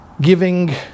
giving